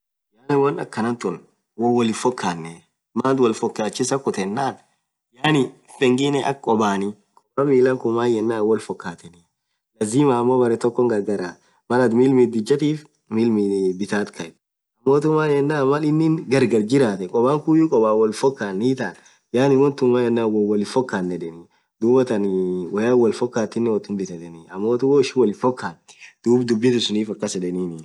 yaan won akhan tun won wolin fhokhane maaath wol fhokhachisa khuthe nna yaani pengine akhaa khobani khoban milan khun maan yenen woll fokhatheni lazima ammo berre tokkon gargaraa Mal athin mil midhichatif mil dhidha kayethu ammothu maan yenen Mal inin gargar jirathe khoban khuyu khoban wol fokhan hithathe yaani won tun maan yenen won wolinfokhane dhuathani woyaa wolfokhatine wothum bhitheni ammothu woishin wolin fhokhane dhub dhubisun sunnif akas yedheni